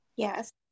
Yes